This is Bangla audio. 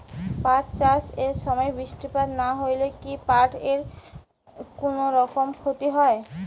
পাট চাষ এর সময় বৃষ্টিপাত না হইলে কি পাট এর কুনোরকম ক্ষতি হয়?